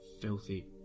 filthy